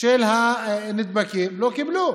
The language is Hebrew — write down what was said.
של הנדבקים, ולא קיבלו.